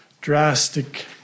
drastic